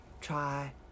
try